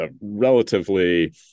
relatively